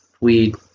weed